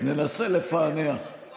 תהיה